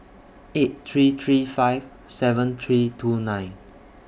eight three three five seven three two nine